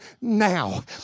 now